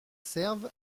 serve